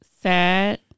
sad